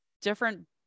different